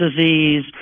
disease